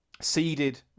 seeded